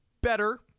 better